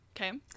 Okay